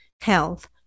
health